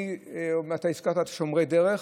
אתה הזכרת את שומרי הדרך.